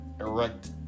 erect